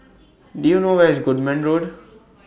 Do YOU know Where IS Goodman Road